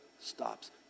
stops